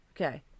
Okay